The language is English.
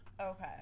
Okay